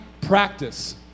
practice